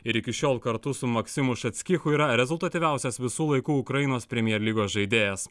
ir iki šiol kartu su maksimu šastkichu yra rezultatyviausias visų laikų ukrainos premier lygos žaidėjas